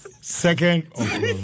Second